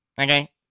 Okay